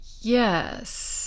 Yes